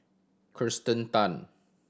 Kirsten Tan